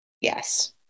Yes